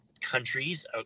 countries